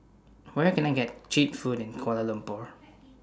Where Can I get Cheap Food in Kuala Lumpur